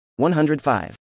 105